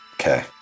Okay